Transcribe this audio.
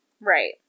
Right